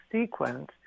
sequence